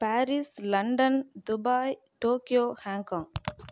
Paris London Dubai Tokyo Hong Kong